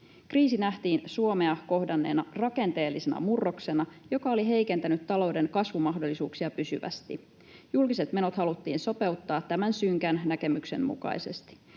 Kriisi nähtiin Suomea kohdanneena rakenteellisena murroksena, joka oli heikentänyt talouden kasvumahdollisuuksia pysyvästi. Julkiset menot haluttiin sopeuttaa tämän synkän näkemyksen mukaisesti.